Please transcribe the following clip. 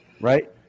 Right